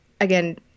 again